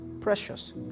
precious